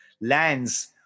lands